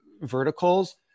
verticals